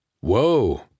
Whoa